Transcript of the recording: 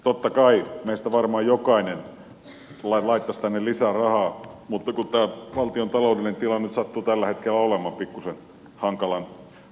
totta kai meistä varmaan jokainen laittaisi tänne lisää rahaa mutta kun valtion taloudellinen tila nyt sattuu tällä hetkellä olemaan pikkuisen hankalan oloinen